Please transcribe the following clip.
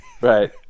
right